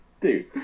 Dude